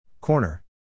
Corner